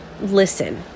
listen